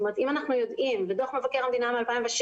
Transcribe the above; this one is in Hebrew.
אם אנחנו יודעים ודוח מבקר המדינה מ-2016